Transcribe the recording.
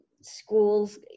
schools